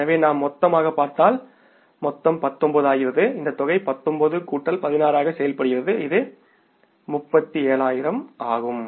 எனவே நாம் மொத்தமாகச் பார்த்தால் மொத்தம் 19 ஆகிறது இந்த தொகை 19 கூட்டல் 16 ஆக செயல்படுகிறது இது 37000 ஆகும்